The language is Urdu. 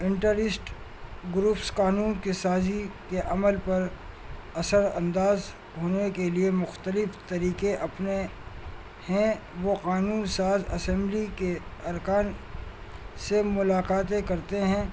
انٹر ایسٹ گروپس قانون کے سازی کے عمل پر اثر انداز ہونے کے لیے مختلف طریقے اپنے ہیں وہ قانون ساز اسمبلی کے ارکان سے ملاقاتیں کرتے ہیں